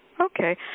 Okay